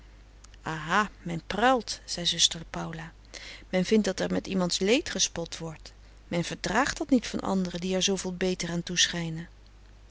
aha men pruilt zei zuster paula men vindt dat er met iemands leed gespot wordt men verdraagt dat niet van anderen die er zooveel beter aan toe schijnen